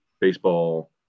baseball